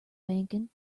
banking